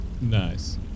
Nice